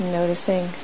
noticing